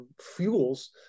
fuels